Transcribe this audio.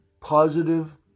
positive